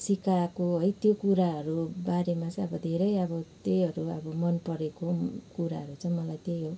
सिकाएको है त्यो कुराहरू बारेमा चाहिँ अब धेरै अब त्यहीहरू अब मन परेको कुराहरू चाहिँ मलाई त्यही हो